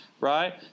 Right